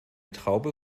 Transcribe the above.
traube